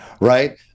right